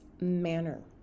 manner